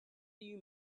you